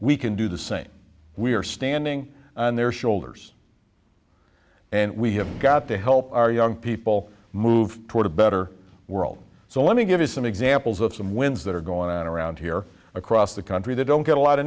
we can do the same we are standing on their shoulders and we have got to help our young people move toward a better world so let me give you some examples of some winds that are going on around here across the country that don't get a lot